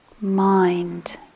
mind